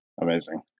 Amazing